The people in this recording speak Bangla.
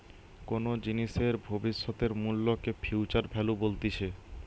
কোনো জিনিসের ভবিষ্যতের মূল্যকে ফিউচার ভ্যালু বলতিছে